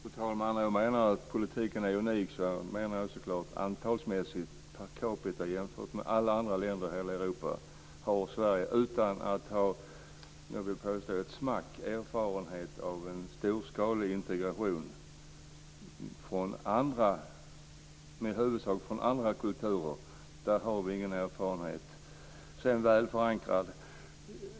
Fru talman! När jag säger att politiken är unik menar jag så klart antalsmässigt, per capita. Jämfört med alla andra länder i hela Europa har Sverige inte ett smack erfarenhet av en storskalig integration med andra kulturer. Statsrådet talar om "väl förankrad".